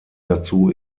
dazu